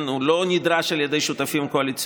הוא לא נדרש על ידי שותפים קואליציוניים,